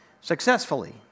successfully